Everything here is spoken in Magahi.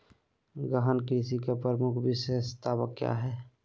गहन कृषि की प्रमुख विशेषताएं क्या है?